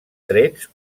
trets